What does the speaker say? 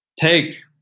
take